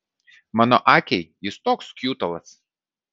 mano akiai jis toks kjutalas